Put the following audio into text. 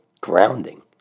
grounding